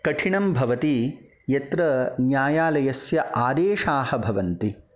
कठिनं भवति यत्र न्यायालयस्य आदेशाः भवन्ति